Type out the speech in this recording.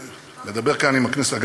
אני מדבר כאן עם הכנסת,